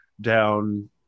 down